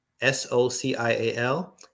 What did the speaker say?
S-O-C-I-A-L